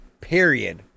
period